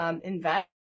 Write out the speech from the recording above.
invest